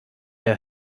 der